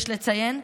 יש לציין,